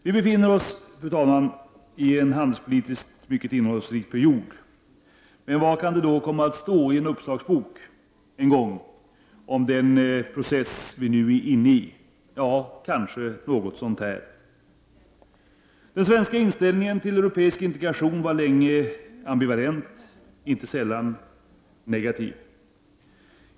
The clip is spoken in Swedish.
Vi befinner oss i en handelspolitiskt mycket innehållsrik period. Men vad kan det komma att stå i en uppslagsbok om den process vi nu är inne i? Ja, kanske något i den här stilen. Den svenska inställningen till europeisk integration var länge ambivalent, inte sällan negativ.